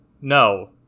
no